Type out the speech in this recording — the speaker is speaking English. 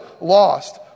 lost